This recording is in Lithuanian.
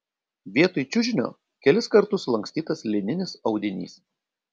vietoj čiužinio kelis kartus sulankstytas lininis audinys